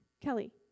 Kelly